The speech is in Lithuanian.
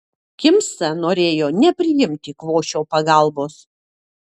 kimsa norėjo nepriimti kvošio pagalbos